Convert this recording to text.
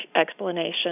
explanation